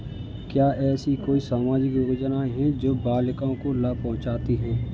क्या ऐसी कोई सामाजिक योजनाएँ हैं जो बालिकाओं को लाभ पहुँचाती हैं?